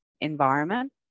environment